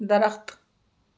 درخت